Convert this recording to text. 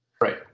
Right